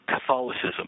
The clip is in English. Catholicism